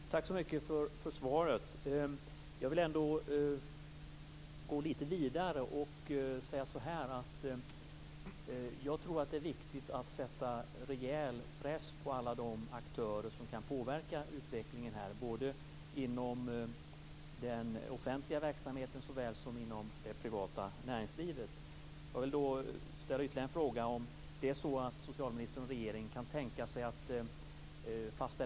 Fru talman! Jag vill tacka så mycket för svaret. Jag vill ändå gå vidare lite grann och säga att jag tror att det är viktigt att sätta rejäl press på alla de aktörer som kan påverka utvecklingen här, både inom den offentliga verksamheten och inom det privata näringslivet.